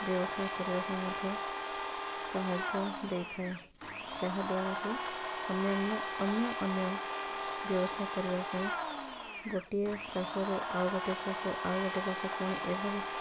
ବ୍ୟବସାୟ କରିବା ପାଇଁ ମଧ୍ୟ ସାହାଯ୍ୟ ଦେଇଥାଏ ଯାହାଦ୍ୱାରାକି ଅନ୍ୟାନ୍ୟ ଅନ୍ୟ ଅନ୍ୟ ବ୍ୟବସାୟ କରିବା ପାଇଁ ଗୋଟିଏ ଚାଷରୁ ଆଉ ଗୋଟିଏ ଚାଷ ଆଉ ଗୋଟିଏ ଚାଷ ପୁଣି ଏଭଳି